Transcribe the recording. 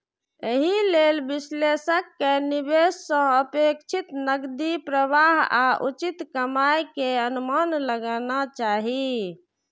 एहि लेल विश्लेषक कें निवेश सं अपेक्षित नकदी प्रवाह आ उचित कमाइ के अनुमान लगाना चाही